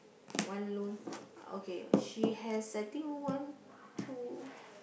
one loan okay she has I think one two